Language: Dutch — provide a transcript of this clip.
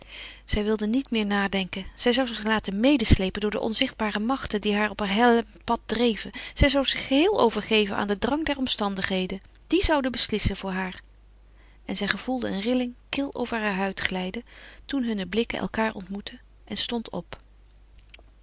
zij wilde niet meer nadenken zij zou zich laten medesleepen door de onzichtbare machten die haar op haar hellend pad dreven zij zou zich geheel overgeven aan den drang der omstandigheden die zouden beslissen voor haar en zij gevoelde een rilling kil over haar huid glijden toen hunne blikken elkaâr ontmoetten en stond op